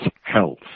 health